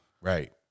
right